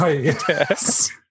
yes